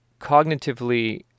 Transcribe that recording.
cognitively